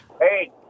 Hey